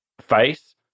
face